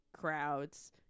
crowds